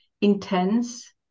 intense